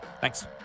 Thanks